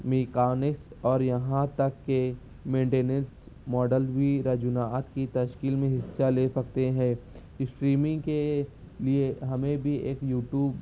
میکانس اور یہاں تک کے مینٹننس ماڈل بھی رجحانات کی تشکیل میں حصہ لے سکتے ہیں اسٹریمنگ کے لیے ہمیں بھی ایک یوٹیو